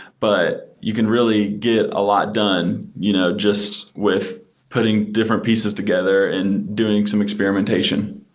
but you can really get a lot done you know just with putting different pieces together and doing some experimentation.